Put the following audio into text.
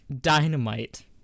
Dynamite